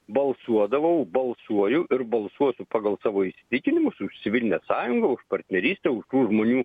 balsuodavau balsuoju ir balsuosiu pagal savo įsitikinimus už civilinę sąjungą už partnerystę už tų žmonių